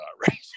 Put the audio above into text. right